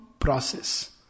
process